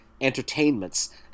entertainments